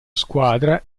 squadra